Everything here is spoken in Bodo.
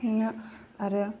आरो